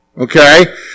okay